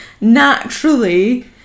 naturally